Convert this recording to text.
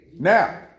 now